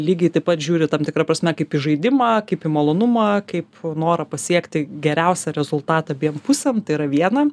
lygiai taip pat žiūri tam tikra prasme kaip į žaidimą kaip į malonumą kaip norą pasiekti geriausią rezultatą abiem pusėm tai yra viena